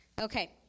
Okay